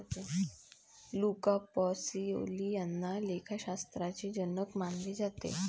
Luca Pacioli यांना लेखाशास्त्राचे जनक मानले जाते